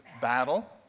battle